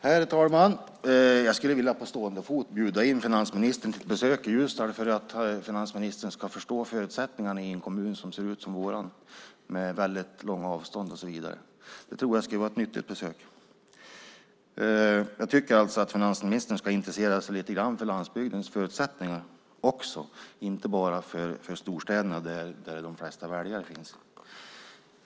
Herr talman! Jag skulle vilja på stående fot bjuda in finansministern till besök i Ljusdal för att finansministern ska förstå förutsättningarna i en kommun som ser ut som vår med väldigt stora avstånd och så vidare. Det tror jag skulle vara ett nyttigt besök. Jag tycker att finansministern lite grann ska intressera sig för också landsbygdens förutsättningar, inte bara för storstäderna där de flesta väljare finns.